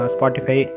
Spotify